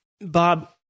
Bob